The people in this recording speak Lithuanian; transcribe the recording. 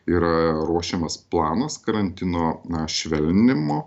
yra ruošiamas planas karantino švelninimo